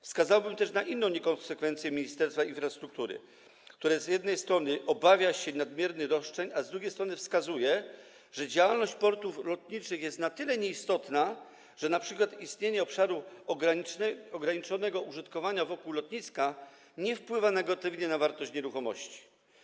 Wskazałbym też na inną niekonsekwencję Ministerstwa Infrastruktury, które z jednej strony obawia się nadmiernych roszczeń, a z drugiej strony wskazuje, że działalność portów lotniczych jest na tyle nieistotna, że np. istnienie obszaru ograniczonego użytkowania wokół lotniska nie wpływa negatywnie na wartość nieruchomości.